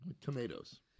Tomatoes